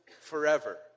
forever